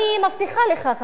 אני מבטיחה לך,